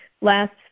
last